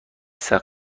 سقف